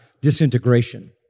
disintegration